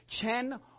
chen